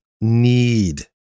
need